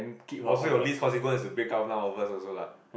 oh so you least consequence is to break up now first also lah